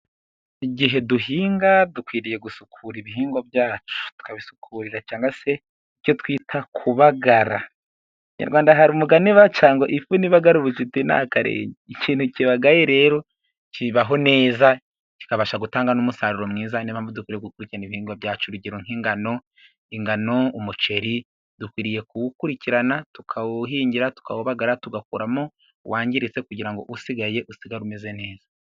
Igihe duhinga dukwiriye gusukura ibihingwa byacu tukabisukurira cyangwa se icyo twita kubagara, mu kinyarwanda hari umugani baca ngo ifuni ibagara ubucuti ni akarenge, ikintu kibagaye rero kibaho neza kikabasha gutanga n'umusaruro mwiza n'iyo mpamvu dukwiye gukurikirana ibihingwa byacu urugero nk'ingano. Ingano ,umuceri dukwiriye kuwukurikirana tukawuhingira, tukawubagara tugakuramo uwangiritse, kugira ngo usigaye usigare umeze neza.